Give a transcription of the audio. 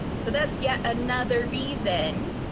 so that's yet another reason,